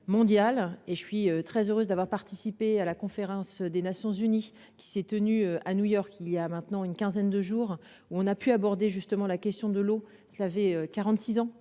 mondial et je suis très heureuse d'avoir participé à la conférence des Nations-Unies qui s'est tenue à New York il y a maintenant une quinzaine de jours, où on a pu aborder justement la question de l'eau se laver. 46 ans